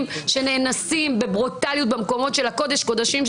שנאנסים בברוטליות במקומות של הקודש קודשים,